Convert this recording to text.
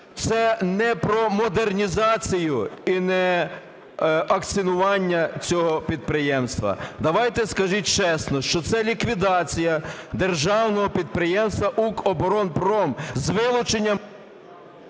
це не про модернізацію і не акціонування цього підприємства. Давайте скажіть чесно, що це ліквідація державного підприємства "Укроборонпром" з вилученням...